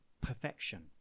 perfection